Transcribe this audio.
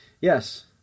Yes